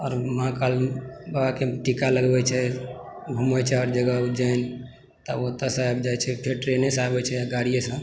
आओर महाकाल बाबाके टीका लगबै छै घूमै छै हर जगह उज्जैन तब ओतयसँ आबि जाइ छै फेर ट्रेनेसँ अबै छै गाड़ीयेसँ